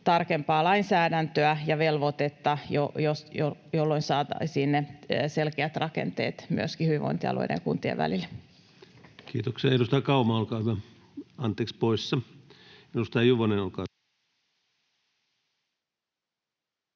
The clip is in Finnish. tarkempaa lainsäädäntöä ja velvoitetta, jolloin saataisiin selkeät rakenteet myöskin hyvinvointialueiden ja kuntien välille? Kiitoksia. — Edustaja Kauma, olkaa hyvä. Anteeksi, poissa. — Edustaja Juvonen, olkaa hyvä.